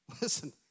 Listen